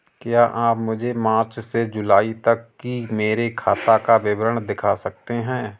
क्या आप मुझे मार्च से जूलाई तक की मेरे खाता का विवरण दिखा सकते हैं?